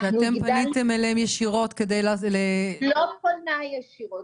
אתם פניתם אליהם ישירות כדי --- לא פונה ישירות,